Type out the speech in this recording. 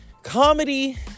Comedy